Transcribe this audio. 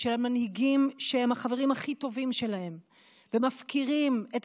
של המנהיגים שהם החברים הכי טובים שלהם ומפקירים את